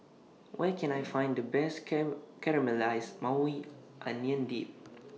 Where Can I Find The Best Caramelized Maui Onion Dip